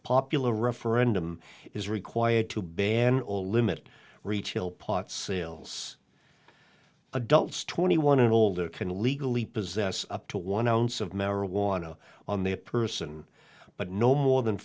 popular referendum is required to ban all limit retail pot sales adults twenty one and older can legally possess up to one ounce of marijuana on their person but no more than